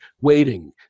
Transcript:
waiting